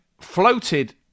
floated